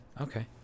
Okay